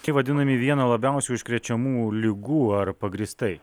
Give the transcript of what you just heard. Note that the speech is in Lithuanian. tai vadinami viena labiausiai užkrečiamų ligų ar pagrįstai